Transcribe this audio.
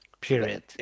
period